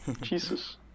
jesus